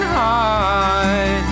high